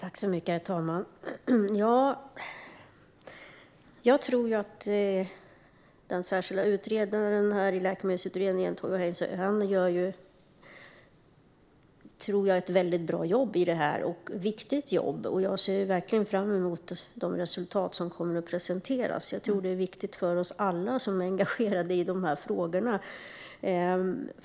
Herr talman! Jag tror att den särskilde utredaren i Läkemedelsutredningen, Toivo Heinsoo, gör ett viktigt och bra jobb. Jag ser verkligen fram emot de resultat som kommer att presenteras. Jag tror att de är viktiga för alla oss som är engagerade i de här frågorna.